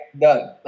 Done